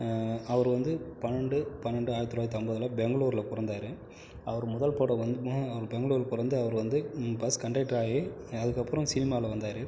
அவர் வந்து பன்னெண்டு பன்னெண்டு ஆயிரத்தி தொள்ளாயிரத்தி அம்பதில் பெங்களூரில் பிறந்தாரு அவர் முதல் படம் வந்து அவர் பெங்களூரில் பொறந்து அவர் வந்து பஸ் கண்டெக்டர் ஆகி அதுக்கப்புறம் சினிமாவில் வந்தார்